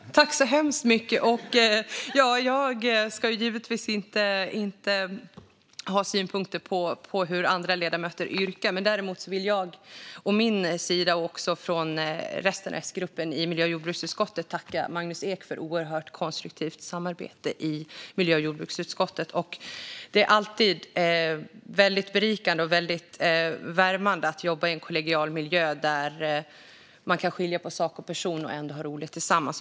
Herr talman! Tack så hemskt mycket, Magnus Ek! Jag ska givetvis inte ha synpunkter på hur andra ledamöter yrkar. Däremot vill jag från min sida och från resten av S-gruppen i miljö och jordbruksutskottet tacka Magnus Ek för oerhört konstruktivt samarbete i utskottet. Det är alltid väldigt berikande och värmande att jobba i en kollegial miljö där man kan skilja på sak och person och ha roligt tillsammans.